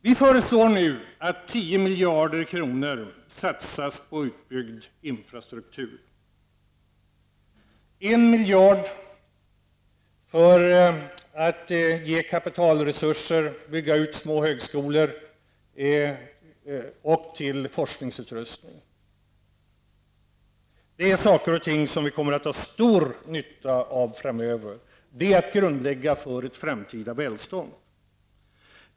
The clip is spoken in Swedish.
Vi föreslår nu att 10 miljarder satsas på utbyggd infrastruktur -- 1 miljard för att ge kapitalresurser, för att bygga ut små högskolor och till forskningsresurser. Det är saker och ting som vi kommer att ha stor nytta av framöver -- det är att grundlägga ett framtida välstånd.